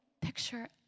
picture